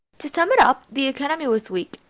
to sum it up the economy was weak,